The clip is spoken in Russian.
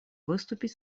выступить